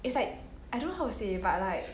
it's like I don't know how to say but like